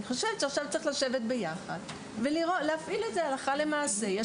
ואני חושבת שעכשיו צריך לשבת ביחד ולהפעיל את זה הלכה למעשה.